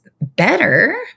better